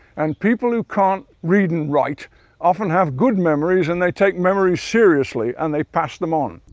and people who can't read and write often have good memories and they take memories seriously, and they pass them on.